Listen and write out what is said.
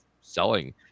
selling